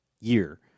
year